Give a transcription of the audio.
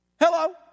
hello